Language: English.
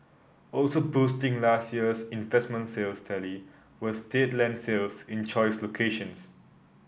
also boosting last year's investment sales tally were state land sales in choice locations